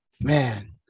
man